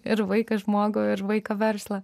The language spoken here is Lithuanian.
ir vaiką žmogų ir vaiką verslą